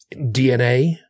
DNA